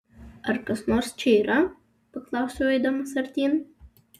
ar kas nors čia yra paklausiau eidamas artyn